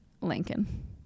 Lincoln